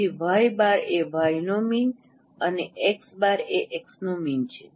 તેથી Y bar એ y નો મીન છે અને x બાર એ x નો મીન છે